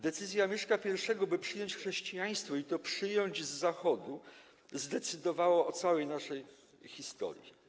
Decyzja Mieszka I, by przyjąć chrześcijaństwo, i to przyjąć z Zachodu, zdecydowała o całej naszej historii.